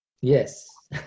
Yes